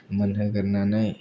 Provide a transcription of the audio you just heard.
मोनहोग्रोनानै